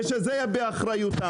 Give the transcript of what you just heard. ושזה יהיה באחריותם.